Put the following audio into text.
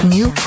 New